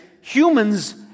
humans